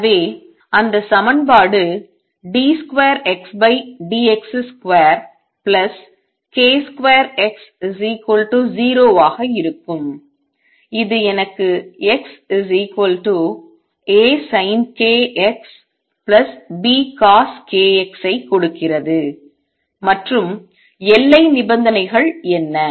எனவே அந்த சமன்பாடு d2Xdx2k2X0 ஆக இருக்கும் இது எனக்கு x A sin k x B cos k x ஐ கொடுக்கிறது மற்றும் எல்லை நிபந்தனைகள் என்ன